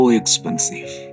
expensive